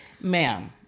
Ma'am